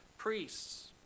Priests